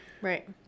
Right